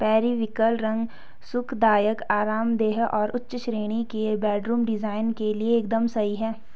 periwinkle रंग सुखदायक, आरामदेह और उच्च श्रेणी के बेडरूम डिजाइन के लिए एकदम सही है